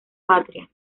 patria